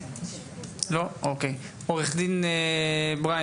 עו"ד יעקוב אברהים, בבקשה.